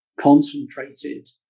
concentrated